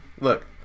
Look